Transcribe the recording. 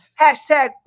Hashtag